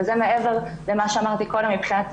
וזה מעבר למה שאמרתי קודם מבחינת